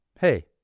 Hey